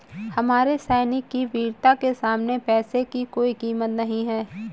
हमारे सैनिक की वीरता के सामने पैसे की कोई कीमत नही है